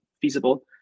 feasible